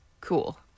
Cool